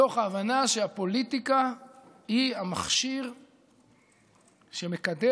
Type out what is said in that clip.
מתוך ההבנה שהפוליטיקה היא המכשיר שמקדם